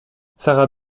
sarah